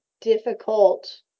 difficult